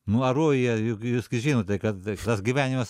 nu a rojuje juk jūs gi žinote kad tas gyvenimas